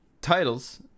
titles